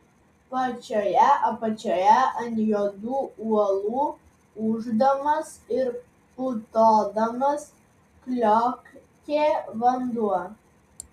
pačioje apačioje ant juodų uolų ūždamas ir putodamas kliokė vanduo